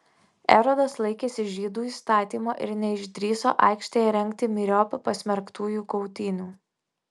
erodas laikėsi žydų įstatymo ir neišdrįso aikštėje rengti myriop pasmerktųjų kautynių